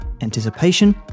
anticipation